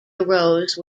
arose